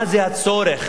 מה הצורך